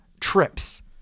trips